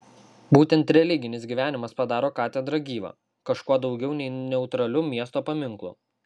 būtent religinis gyvenimas padaro katedrą gyva kažkuo daugiau nei neutraliu miesto paminklu